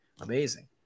amazing